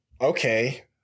Okay